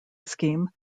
scheme